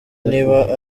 niba